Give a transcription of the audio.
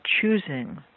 choosing